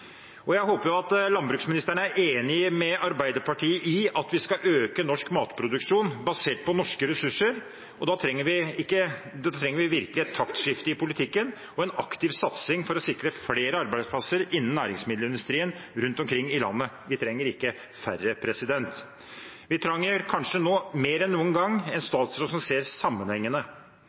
at vi skal øke norsk matproduksjon basert på norske ressurser. Da trenger vi virkelig et taktskifte i politikken og en aktiv satsing for å sikre flere arbeidsplasser innen næringsmiddelindustrien rundt omkring i landet – vi trenger ikke færre. Vi trenger kanskje nå mer enn noen gang en statsråd som ser